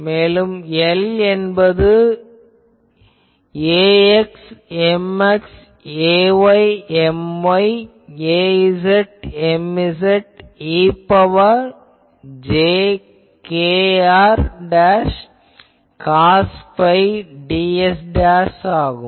மேலும் L என்பது ax Mx ay My az Mz e ன் power j kr cos phi ds ஆகும்